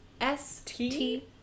S-T